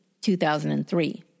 2003